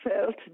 felt